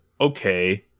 okay